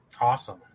Awesome